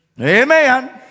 Amen